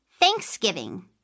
Thanksgiving